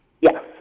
Yes